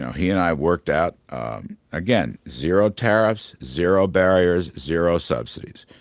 he and i worked out um again zero tariffs, zero barriers, zero subsidies.